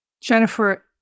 Jennifer